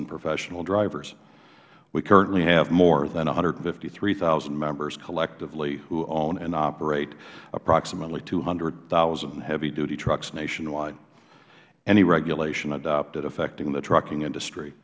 and professional drivers we currently have more than one hundred and fifty three thousand members collectively who own and operate approximately two hundred zero heavy duty trucks nationwide any regulation adopted affecting the trucking industry